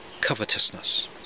covetousness